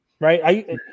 right